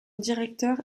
directeur